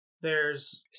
There's-